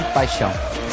paixão